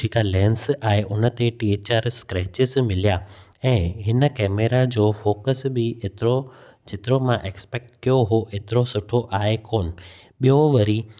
जेका लैंस आहे उन ते टे चार स्क्रैचिस मिलिया ऐं हिन कैमरा जो फोकस बि एतिरो जेतिरो मां एक्सपैक्ट कयो हो एतिरो सुठो आहे कोन ॿियो वरी